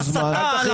על הסתה.